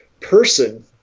person